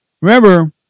remember